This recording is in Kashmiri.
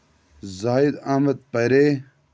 زاہِد احمد پَرے